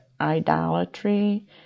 idolatry